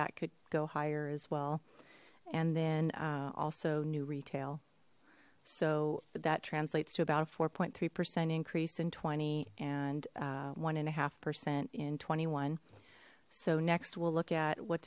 could go higher as well and then also new retail so that translates to about a four three percent increase in twenty and one and a half percent in twenty one so next we'll look at what